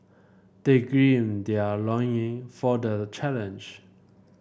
they gird their loin for the challenge